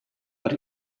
but